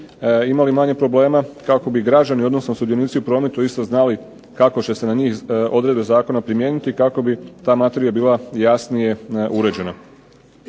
imali manje problema, kako bi građani, odnosno sudionici u prometu isto znali kako će se na njih odredbe zakona primijeniti i kako bi ta materija bila jasnije uređena.